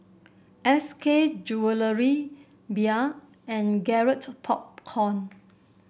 S K Jewellery Bia and Garrett Popcorn